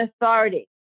authority